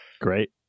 Great